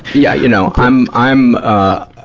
yeah you know, i'm, i'm, ah,